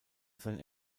sein